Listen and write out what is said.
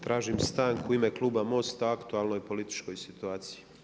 Tražim stanku u ime kluba MOST-a o aktualnoj političkoj situaciji.